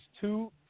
two